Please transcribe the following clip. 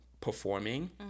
performing